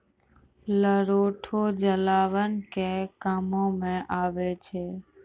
लरैठो जलावन के कामो मे आबै छै